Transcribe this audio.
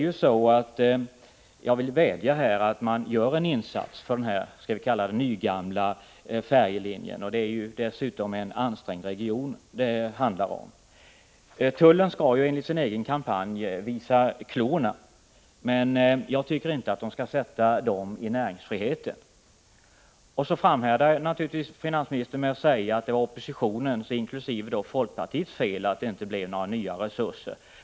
Jag vill vädja att man gör en insats för denna så att säga nygamla färjelinje. Det är dessutom en ansträngd region som det handlar om. Tullen skall ju enligt sin egen kampanj visa klorna, men jag tycker inte att tullen skall sätta dem i näringsfriheten. Finansministern framhärdar naturligtvis i påståendet att det är oppositionens, inkl. folkpartiets, fel att det inte blev några nya resurser.